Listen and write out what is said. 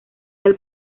del